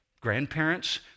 grandparents